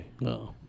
No